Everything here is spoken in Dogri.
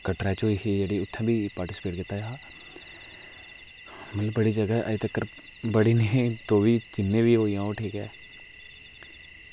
कटरा च होई ही जेह्ड़ी उत्थै बी पार्टिस्पेट कीता हा में बड़े जैदा अज्ज तगर बड़े नेईं तो बी जिन्ने बी होए ओह् ठीक ऐ